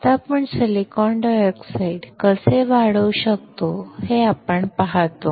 आता आपण silicon dioxide कसे वाढवू शकतो हे आपण पाहतो